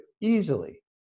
easily